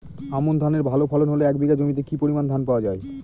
আমন ধানের ভালো ফলন হলে এক বিঘা জমিতে কি পরিমান ধান পাওয়া যায়?